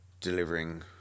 delivering